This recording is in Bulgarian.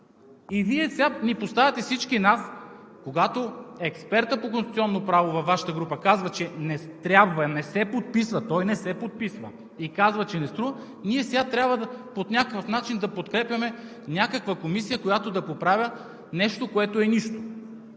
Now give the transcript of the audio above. и Вие сега ни поставяте всички нас… Когато експертът по Конституционно право във Вашата група не се подписва и казва, че не струва, ние сега трябва по някакъв начин да подкрепяме някаква комисия, която да поправя нещо, което е нищо.